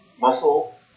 muscle